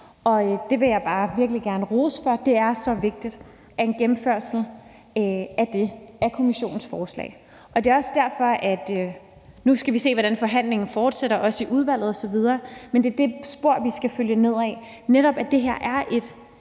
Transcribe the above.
om. Det vil jeg bare virkelig gerne rose den for. En gennemførelse af Kommissionens forslag er så vigtigt. Nu skal vi se, hvordan forhandlingen fortsætter, også i udvalget osv., men det er det spor, vi skal følge, netop at det her er et